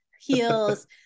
heels